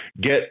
Get